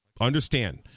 understand